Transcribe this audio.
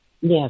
Yes